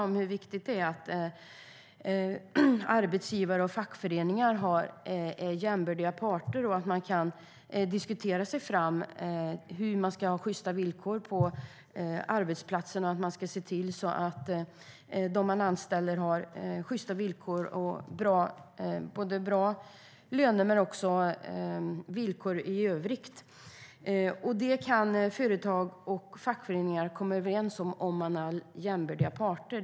Det är viktigt att arbetsgivare och fackföreningar är jämbördiga parter så att man kan diskutera sig fram till sjysta villkor och bra löner för dem man anställer på arbetsplatsen. Sådant kan företag och fackföreningar komma överens om ifall man är jämbördiga parter.